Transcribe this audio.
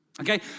okay